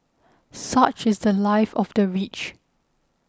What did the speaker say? such is the Life of the rich